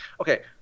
Okay